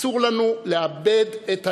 אסור לנו לאבד את היושרה,